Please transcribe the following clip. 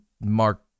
mark